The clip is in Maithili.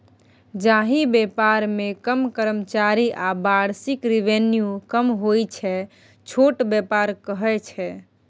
जाहि बेपार मे कम कर्मचारी आ बार्षिक रेवेन्यू कम होइ छै छोट बेपार कहय छै